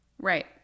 Right